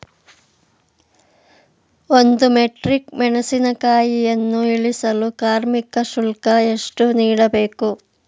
ಒಂದು ಮೆಟ್ರಿಕ್ ಮೆಣಸಿನಕಾಯಿಯನ್ನು ಇಳಿಸಲು ಕಾರ್ಮಿಕ ಶುಲ್ಕ ಎಷ್ಟು ನೀಡಬೇಕು?